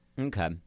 Okay